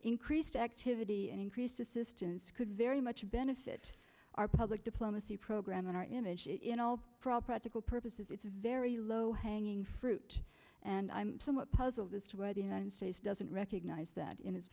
increased activity and increased assistance could very much benefit our public diplomacy program and our image you know for all practical purposes it's a very low hanging fruit and i'm somewhat puzzled as to why the united states doesn't recognize that in his